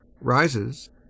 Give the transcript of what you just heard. Rises